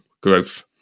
growth